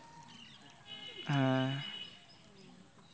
ᱦᱮᱸ